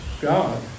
God